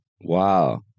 Wow